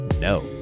No